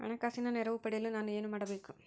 ಹಣಕಾಸಿನ ನೆರವು ಪಡೆಯಲು ನಾನು ಏನು ಮಾಡಬೇಕು?